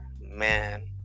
man